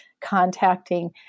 contacting